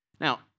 Now